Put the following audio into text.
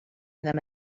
them